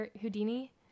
Houdini